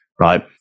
right